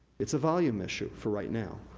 it's a volume issue, for right now.